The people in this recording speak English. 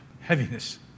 heaviness